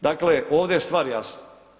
Dakle ovdje je stvar jasna.